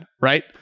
right